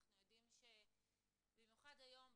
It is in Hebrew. אנחנו יודעים במיוחד היום,